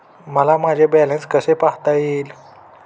मला माझे बॅलन्स कसे पाहता येईल?